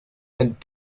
and